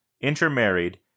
intermarried